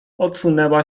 odsunęła